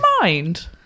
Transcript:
mind